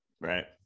Right